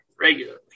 regularly